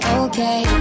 okay